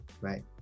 right